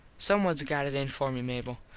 someones got it in for me, mable.